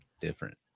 different